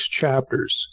chapters